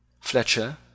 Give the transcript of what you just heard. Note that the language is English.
Fletcher